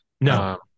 No